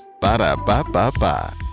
Ba-da-ba-ba-ba